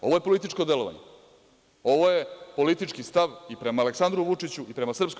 Ovo je političko delovanje, ovo je politički stav i prema Aleksandru Vučiću i prema SNS.